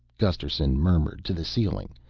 gusterson murmured to the ceiling,